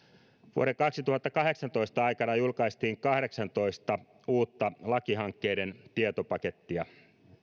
vuoden kaksituhattakahdeksantoista aikana julkaistiin kahdeksantoista uutta lakihankkeiden tietopakettia